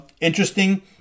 interesting